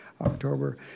October